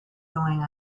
going